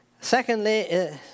Secondly